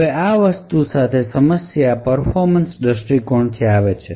હવે આ વસ્તુ સાથે સમસ્યા પર્ફોમન્સ દ્રષ્ટિકોણથી આવે છે